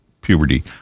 puberty